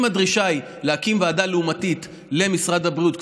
אם הדרישה היא להקים ועדה לעומתית למשרד הבריאות,